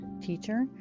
teacher